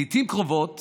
לעיתים קרובות